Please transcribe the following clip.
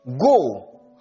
Go